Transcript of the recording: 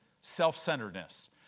self-centeredness